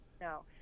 No